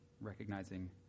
recognizing